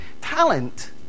talent